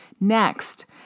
Next